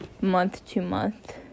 month-to-month